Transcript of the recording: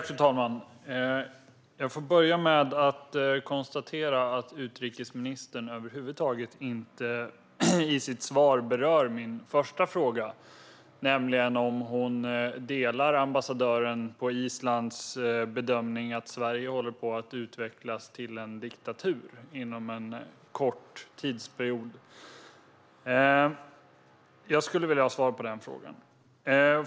Fru talman! Jag får börja med att konstatera att utrikesministern i sitt svar över huvud taget inte berör min första fråga, nämligen om hon delar den bedömning som ambassadören på Island gör - att Sverige håller på att utvecklas till en diktatur inom en kort tidsperiod. Jag skulle vilja ha svar på den frågan.